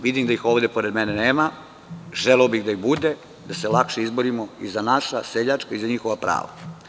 Vidim da ih ovde pored mene nema, želeo bih da ih bude da se lakše izborimo i za naša, seljačka, i za njihova prava.